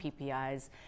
PPIs